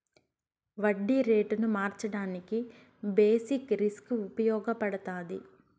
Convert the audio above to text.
వడ్డీ రేటును మార్చడానికి బేసిక్ రిస్క్ ఉపయగపడతాది